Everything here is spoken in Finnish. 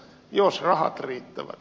jos rahat riittävät